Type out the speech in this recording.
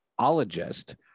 ologist